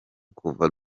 kuva